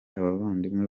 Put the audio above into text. abavandimwe